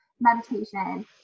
meditation